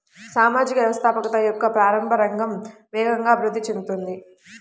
సామాజిక వ్యవస్థాపకత యొక్క ప్రారంభ రంగం వేగంగా అభివృద్ధి చెందుతోంది